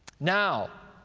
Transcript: now